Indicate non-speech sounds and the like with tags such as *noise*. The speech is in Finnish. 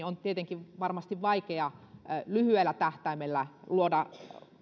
*unintelligible* on tietenkin varmasti vaikea lyhyellä tähtäimellä luoda